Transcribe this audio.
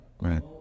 right